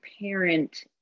parent